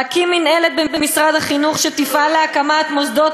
להקים מינהלת במשרד החינוך שתפעל להקמת מוסדות